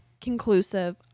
conclusive